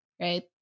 right